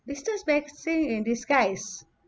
biggest blessing in disguise